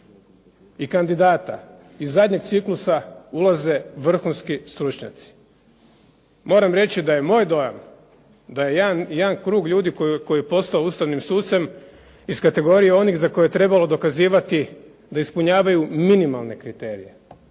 i kandidata iz zadnjeg ciklusa ulaze vrhunski stručnjaci. Moram reći da je moj dojam da je jedan krug ljudi koji je postao ustavnim sucem iz kategorije onih za koje je trebalo dokazivati da ispunjavaju minimalne kriterije.